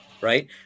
right